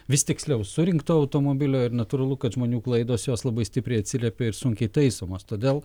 vis tiksliau surinkto automobilio ir natūralu kad žmonių klaidos jos labai stipriai atsiliepia ir sunkiai taisomos todėl